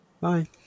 Bye